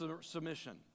submission